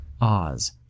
Oz